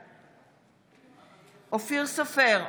בעד אופיר סופר,